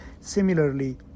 Similarly